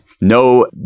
no